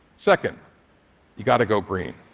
second you've got to go green.